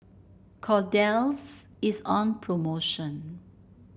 kordel's is on promotion